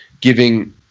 giving